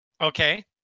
Okay